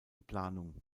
planung